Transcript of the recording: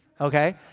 Okay